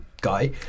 guy